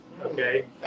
Okay